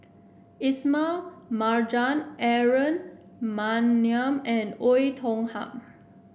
Ismail Marjan Aaron Maniam and Oei Tiong Ham